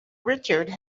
richard